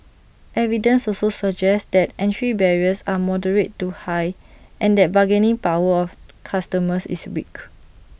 evidence also suggests that entry barriers are moderate to high and that bargaining power of customers is weak